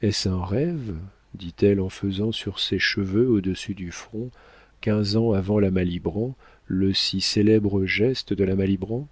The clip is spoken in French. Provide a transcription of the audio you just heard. est-ce un rêve dit-elle en faisant sur ses cheveux au-dessus du front quinze ans avant la malibran le si célèbre geste de la malibran